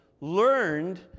learned